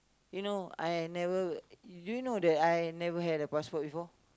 you know I never do you know that I never had a passport before